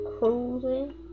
cruising